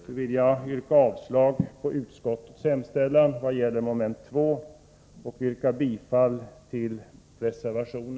Med detta yrkar jag avslag på utskottets hemställan i vad gäller mom. 2 och bifall till vår reservation.